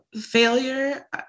failure